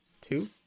Two